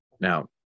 Now